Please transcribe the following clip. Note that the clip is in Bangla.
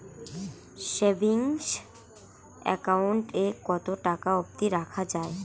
সেভিংস একাউন্ট এ কতো টাকা অব্দি রাখা যায়?